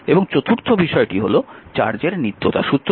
এবং চতুর্থ বিষয়টি হল চার্জের নিত্যতা সূত্র